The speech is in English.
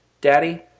Daddy